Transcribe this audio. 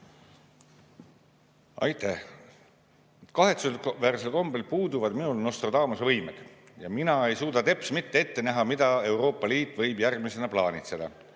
Aitäh! Kahetsusväärsel kombel puuduvad minul Nostradamuse võimed ja mina ei suuda teps mitte ette näha, mida Euroopa Liit võib järgmisena plaanitseda.